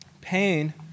Pain